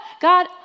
God